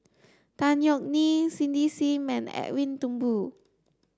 Tan Yeok Nee Cindy Sim and Edwin Thumboo